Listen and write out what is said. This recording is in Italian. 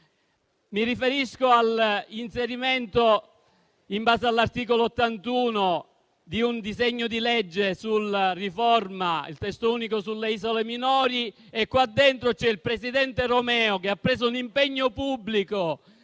Mi riferisco all'inserimento, in base all'articolo 81, di un disegno di legge sulla riforma, il testo unico sulle isole minori. Qua dentro c'è il presidente Romeo, che ha preso un impegno pubblico,